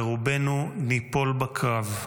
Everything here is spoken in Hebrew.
ורובנו ניפול בקרב.